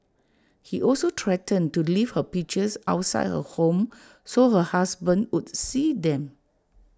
he also threatened to leave her pictures outside her home so her husband would see them